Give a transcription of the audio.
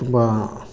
ತುಂಬ